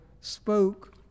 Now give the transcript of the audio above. spoke